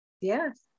yes